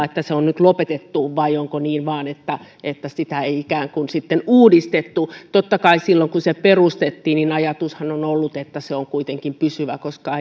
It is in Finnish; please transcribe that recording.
että se on nyt lopetettu vai onko vain niin että että sitä ei ikään kuin uudistettu totta kai silloin kun se perustettiin ajatushan on ollut että se on kuitenkin pysyvä koska